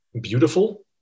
beautiful